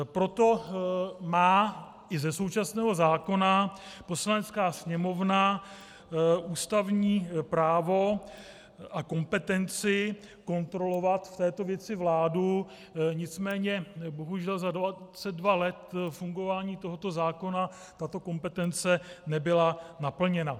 Proto má i ze současného zákona Poslanecká sněmovna ústavní právo a kompetenci kontrolovat v této věci vládu, nicméně bohužel za 22 let fungování tohoto zákona tato kompetence nebyla naplněna.